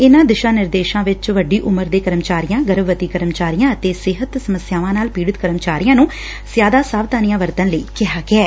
ਇਨਾਂ ਦੇਸ਼ਾਂ ਨਿਰਦੇਸ਼ਾਂ ਵਿਚ ਵੱਡੀ ਉਮਰ ਦੇ ਕਰਮਚਾਰੀਆਂ ਗਰਭਵਤੀ ਕਰਮਚਾਰੀਆਂ ਅਤੇ ਸਿਹਤ ਸਮੱਸਿਆਵਾਂ ਨਾਲ ਪੀੜਤ ਕਰਮਚਾਰੀਆਂ ਨੂੰ ਜਿਆਦਾ ਸਾਵਧਾਨੀਆਂ ਵਰਤਣ ਲਈ ਕਿਹਾ ਗਿਐ